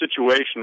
situation